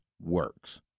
works